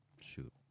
Shoot